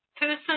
Person